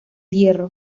hierro